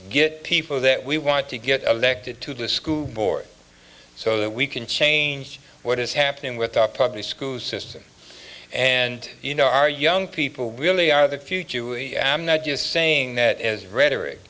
get people that we want to get elected to the school board so that we can change what is happening with our public school system and in our young people really are the future am not just saying that is rhetoric